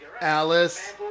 Alice